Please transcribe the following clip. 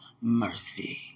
mercy